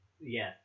Yes